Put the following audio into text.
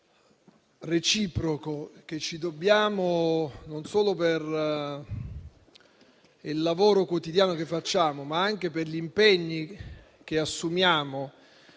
reciproco che ci dobbiamo, non solo per il lavoro quotidiano che facciamo, ma anche per gli impegni che assumiamo